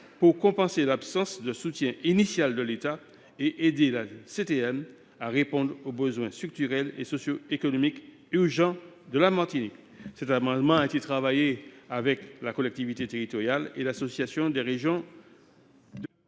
pour compenser l’absence de soutien initial de l’État et aider la CTM à répondre aux besoins structurels et socio économiques urgents de la Martinique. Cet amendement a été élaboré avec la collectivité territoriale et l’Association des régions de France.